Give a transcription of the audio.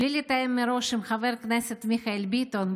בלי לתאם מראש עם חבר הכנסת מיכאל ביטון,